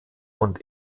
und